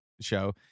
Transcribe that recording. show